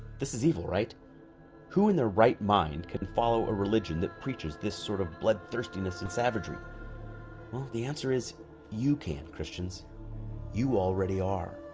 this is evil right who in their right mind could follow a religion that preaches this sort of bloodthirstiness and savagery well the answer is you can't christians you already are